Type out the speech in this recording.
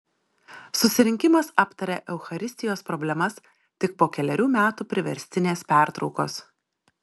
susirinkimas aptarė eucharistijos problemas tik po kelerių metų priverstinės pertraukos